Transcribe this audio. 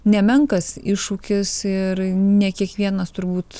nemenkas iššūkis ir ne kiekvienas turbūt